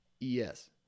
Yes